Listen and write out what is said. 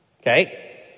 Okay